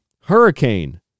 hurricane